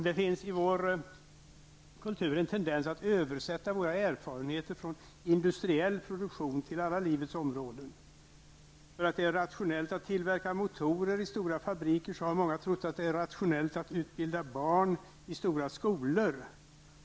Det finns i vår kultur en tendens att översätta våra erfarenheter från industriell produktion till alla livets områden. Eftersom det är rationellt att tillverka motorer i stora fabriker, har många trott att det är rationellt att utbilda barn i stora skolor.